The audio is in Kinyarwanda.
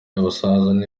abasaza